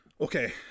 Okay